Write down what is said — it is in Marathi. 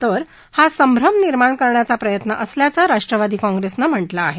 तर हा सभ्रम निर्माण करण्याचा प्रयत्न असल्याचं राष्ट्रवादी काँग्रेसनं म्हा कें आहे